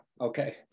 Okay